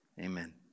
Amen